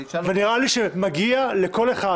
אני אשאל --- ונראה לי שמגיע לכל אחד